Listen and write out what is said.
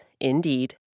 indeed